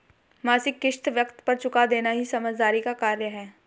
मासिक किश्त वक़्त पर चूका देना ही समझदारी का कार्य है